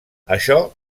això